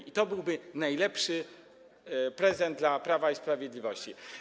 I to byłby najlepszy prezent dla Prawa i Sprawiedliwości.